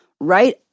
right